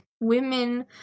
Women